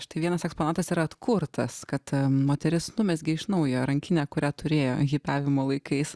štai vienas eksponatas yra atkurtas kad moteris numezgė iš naujo rankinę kurią turėjo hipiavimo laikais